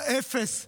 האפס,